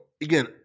again